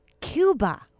Cuba